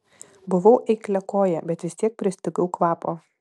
buvau eikliakojė bet vis tiek pristigau kvapo